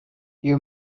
you